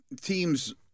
teams